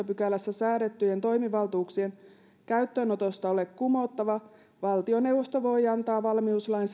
pykälässä säädettyjen toimivaltuuksien käyttöönotosta ole kumottava valtioneuvosto voi antaa valmiuslain